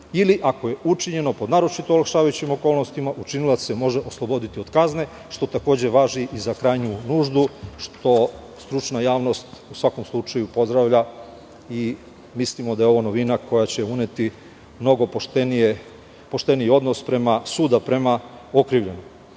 ili ako je učinjeno po naročito olakšavajućim okolnostima, učinilac se može osloboditi od kazne, što takođe važi i za krajnju nuždu, što stručna javnost, u svakom slučaju, pozdravlja i mislimo da je ovo novina koja će uneti mnogo pošteniji odnos suda prema okrivljenom. Takođe,